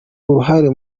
uruhare